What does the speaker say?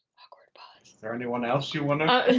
awkward pause. is there anyone else you wanna s